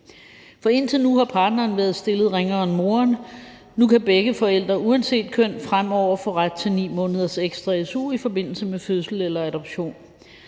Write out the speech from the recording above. For indtil nu har partneren været stillet ringere end moren. Nu kan begge forældre uanset køn fremover få ret til 9 måneders ekstra su i forbindelse med fødsel eller adoption.